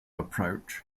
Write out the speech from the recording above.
approach